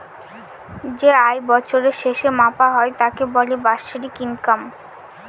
যে আয় বছরের শেষে মাপা হয় তাকে বলে বাৎসরিক ইনকাম